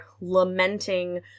lamenting